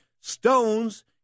Stones